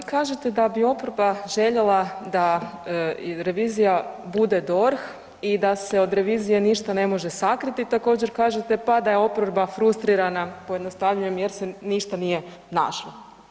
Pa evo, vi kažete da bi oporba željela da i revizija bude DORH i da se od revizije ništa ne smije sakriti, također kažete pa da je oporba frustrirana, pojednostavljujem, jer se ništa nije našlo.